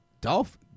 Dolph